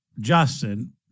Justin